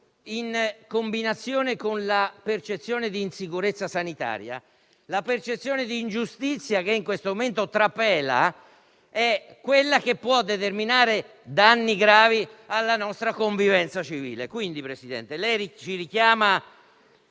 In combinazione con la percezione di insicurezza sanitaria, quella di ingiustizia, che in questo momento trapela, può determinare danni gravi alla nostra convivenza civile.